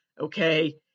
Okay